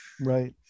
right